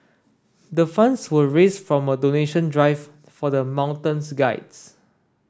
the funds were raised from donation drive for the mountains guides